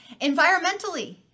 Environmentally